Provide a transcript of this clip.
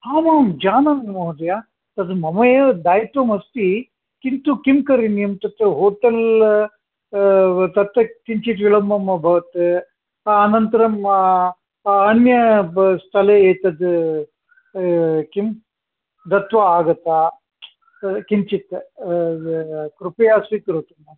आम् आं जानामि जानामि महोदय तद् मम एव दायित्वम् अस्ति किन्तु किं करणीयं तत्र होटल् तत् एतत् किञ्चित् विलम्बम् अभवत् अनन्तरम् अ अन्य स्थले एतत् किं दत्वा आगतः किञ्चित् कृपया स्वीकरोतु